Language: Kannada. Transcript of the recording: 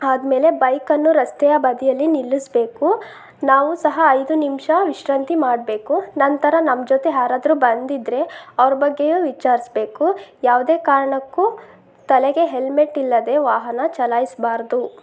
ಆದ ಮೇಲೆ ಬೈಕನ್ನು ರಸ್ತೆಯ ಬದಿಯಲ್ಲಿ ನಿಲ್ಲಿಸ್ಬೇಕು ನಾವೂ ಸಹ ಐದು ನಿಮಿಷ ವಿಶ್ರಾಂತಿ ಮಾಡಬೇಕು ನಂತರ ನಮ್ಮ ಜೊತೆ ಯಾರಾದ್ರು ಬಂದಿದ್ದರೆ ಅವ್ರ ಬಗ್ಗೆಯೂ ವಿಚಾರಿಸ್ಬೇಕು ಯಾವುದೇ ಕಾರಣಕ್ಕೂ ತಲೆಗೆ ಹೆಲ್ಮೆಟ್ ಇಲ್ಲದೆ ವಾಹನ ಚಲಾಯಿಸಬಾರ್ದು